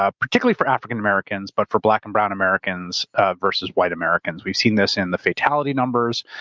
ah particularly for african americans, but for black and brown americans ah versus white americans. we've seen this in the fatality numbers,